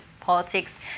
politics